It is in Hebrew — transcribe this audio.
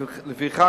לפיכך,